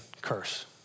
curse